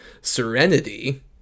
Serenity